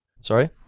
Sorry